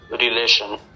relation